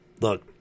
Look